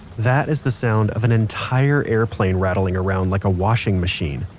that is the sound of an entire airplane rattling around like a washing machine,